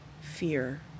fear